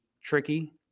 tricky